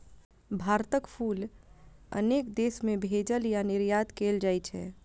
भारतक फूल अनेक देश मे भेजल या निर्यात कैल जाइ छै